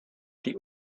die